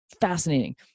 fascinating